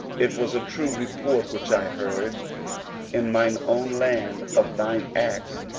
it was a true report which i heard in mine own land of thine acts,